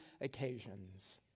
occasions